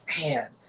man